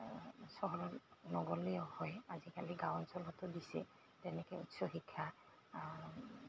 চহৰত নগ'লেও হয় আজিকালি গাঁও অঞ্চলতো দিছে তেনেকৈ উচ্চ শিক্ষা